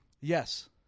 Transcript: Yes